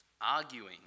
arguing